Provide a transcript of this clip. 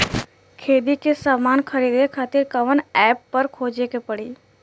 खेती के समान खरीदे खातिर कवना ऐपपर खोजे के पड़ी?